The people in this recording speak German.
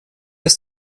ist